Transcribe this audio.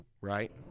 Right